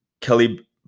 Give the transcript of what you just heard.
Kelly